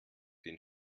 den